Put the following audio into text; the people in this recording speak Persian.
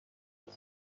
گمرک